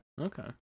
Okay